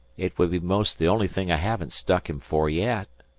it would be most the only thing i haven't stuck him for yet.